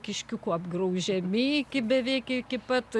kiškiukų apgraužiami iki beveik iki pat